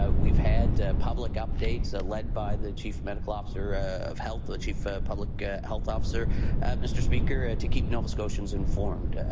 ah we've had public updates ah led by the chief medical officer of health, the the chief public ah health officer mr. speaker, ah to keep nova scotians informed.